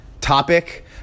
topic